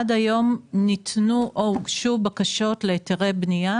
עד היום ניתנו או הוגשו בקשות להיתרי בנייה